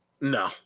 No